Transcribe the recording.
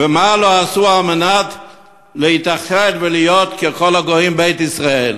ומה לא עשו כדי להתאחד ולהיות ככל הגויים בית ישראל?